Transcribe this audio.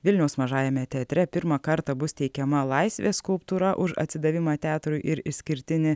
vilniaus mažajame teatre pirmą kartą bus teikiama laisvės skulptūra už atsidavimą teatrui ir išskirtinį